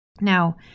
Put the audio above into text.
Now